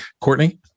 Courtney